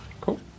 Cool